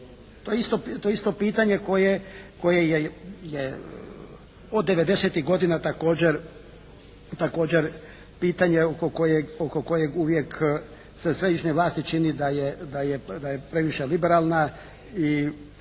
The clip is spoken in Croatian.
To je isto pitanje koje je od 90-tih godina također pitanje oko kojeg uvijek sa središnje vlasti čini da je previše liberalna i